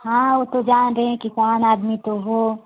हाँ वो तो जान रहे हैं किसान आदमी तो हो